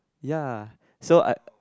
ya so I